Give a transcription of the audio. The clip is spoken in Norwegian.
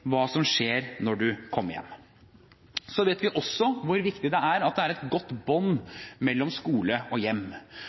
hva som skjer når du kommer hjem. Så vet vi også hvor viktig det er at det er et godt bånd mellom skole og hjem.